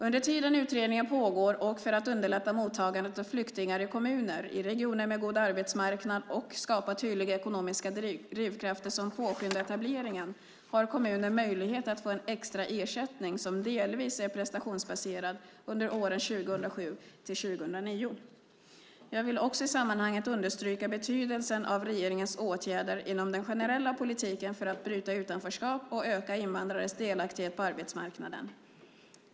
Under tiden utredningen pågår och för att underlätta mottagandet av flyktingar i kommuner i regioner med god arbetsmarknad och skapa tydliga ekonomiska drivkrafter som påskyndar etableringen har kommuner möjlighet att få en extra ersättning som delvis är prestationsbaserad under åren 2007-2009. Jag vill också i sammanhanget understryka betydelsen av regeringens åtgärder inom den generella politiken för att bryta utanförskap och öka invandrares delaktighet på arbetsmarknaden.